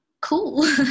cool